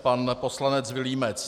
Pan poslanec Vilímec.